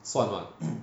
算吗